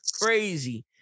Crazy